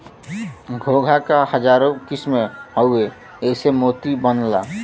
घोंघा क हजारो किसम हउवे एसे मोती बनला